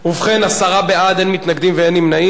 או בעצם מי שנגד, יצביע נגד.